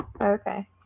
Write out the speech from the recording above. Okay